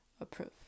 approve